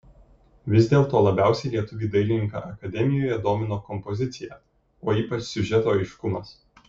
vis dėlto labiausiai lietuvį dailininką akademijoje domino kompozicija o ypač siužeto aiškumas